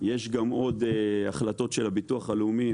יש גם עוד החלטות של הביטוח הלאומי,